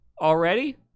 Already